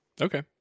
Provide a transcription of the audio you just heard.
Okay